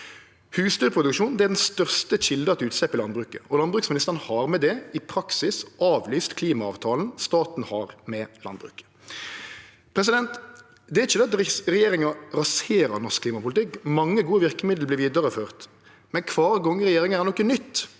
Husdyrproduksjon er den største kjelda til utslepp i landbruket, og landbruksministeren har med det i praksis avvist klimaavtalen staten har med landbruket. Det er ikkje det at regjeringa raserer norsk klimapolitikk. Mange gode verkemiddel vert vidareførte, men kvar gong regjeringa gjer noko nytt,